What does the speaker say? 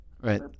Right